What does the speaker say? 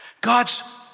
God's